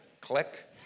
click